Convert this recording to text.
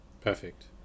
Perfect